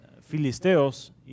filisteos